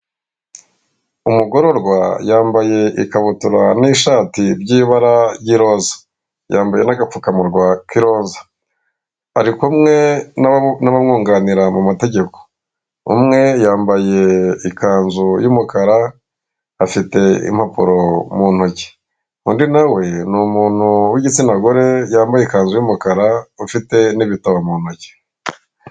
Umugororwa yambaye ikabutura n'ishati by'ibara ry'iroza, yambaye n'agapfukamunwa k'iroza, ari kumwe n'abamwunganira mu mategeko, umwe yambaye ikanzu y'umukara afite impapuro mu ntoki, undi na we ni umuntu w'igitsina gore yambaye ikanzu y'umukara ufite n'ibitabo mu ntoki.